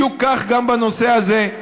בדיוק כך גם בנושא הזה.